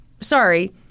Sorry